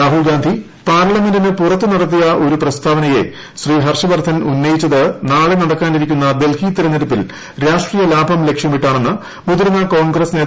രാഹൂൽഗാന്ധി പാർലമെന്റിന് പുറത്ത് നടത്തിയ ഒരു പ്രസ്താവനയെ ശ്രീ ഹർഷ് വർദ്ധൻ ഉന്നയിച്ചത് നാളെ നടക്കാനിരിക്കുന്ന ഡൽഹി തെരഞ്ഞെടുപ്പിൽ രാഷ്ട്രീയ ലാഭം ലക്ഷ്യമിട്ടാണെന്ന് മുതിർന്ന കോൺഗ്രസ് നേതാവ് അധിർ രജ്ഞൻ ചൌധരി പറഞ്ഞു